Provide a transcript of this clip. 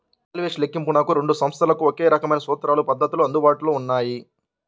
valuation లెక్కింపునకు రెండు సంస్థలకు ఒకే రకమైన సూత్రాలు, పద్ధతులు అందుబాటులో ఉన్నాయి